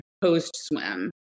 post-swim